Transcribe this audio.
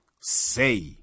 say